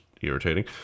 irritating